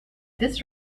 this